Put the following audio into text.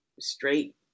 straight